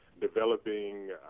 developing